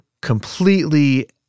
completely